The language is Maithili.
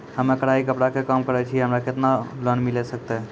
हम्मे कढ़ाई कपड़ा के काम करे छियै, हमरा केतना लोन मिले सकते?